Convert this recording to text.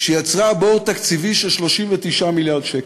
שיצרה בור תקציבי של 39 מיליארד שקל,